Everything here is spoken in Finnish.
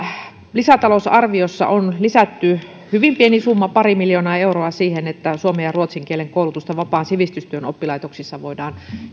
lisätalousarviossa on lisätty hyvin pieni summa pari miljoonaa euroa siihen että suomen ja ruotsin kielen koulutusta vapaan sivistystyön oppilaitoksissa voidaan